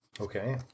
Okay